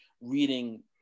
reading